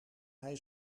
hij